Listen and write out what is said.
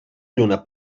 lluna